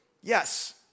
yes